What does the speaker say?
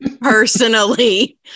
personally